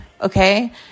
okay